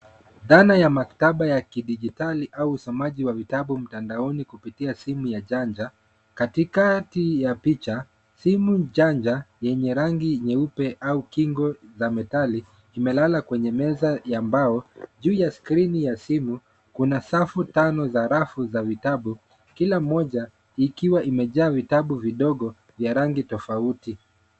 Thana ya maktaba ya kidijitali au usomaji wa vitabu mtandaoni, kupitia simu ya janja, katikati ya picha simu janja yenye rangi nyeupe au kingo za metali, imelala kwenye meza ya mbao. Juu ya skrini ya simu kuna safu tano za rafu za vitabu, kila moja ikiwa imejaa vitabu vidogo vya rangi tofauti.